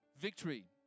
victory